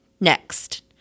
next